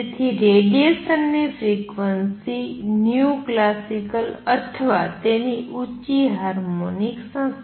તેથી રેડીએશન ની frequency classical અથવા તેની ઉંચી હાર્મોનિક્સ હશે